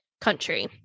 country